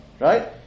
right